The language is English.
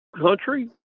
country